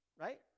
right